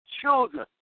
children